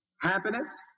happiness